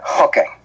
Okay